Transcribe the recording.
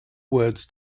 words